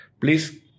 please